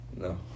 No